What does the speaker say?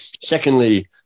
Secondly